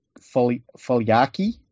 Foliaki